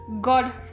God